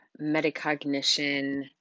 metacognition